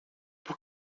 por